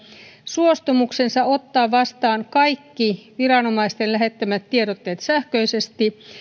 suostumuksensa ottaa vastaan kaikki viranomaisten lähettämät tiedotteet sähköisesti